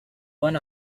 one